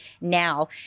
now